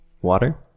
Water